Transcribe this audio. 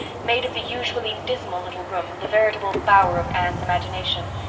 made of the usually dismal little room the veritable bower of anne's imagination,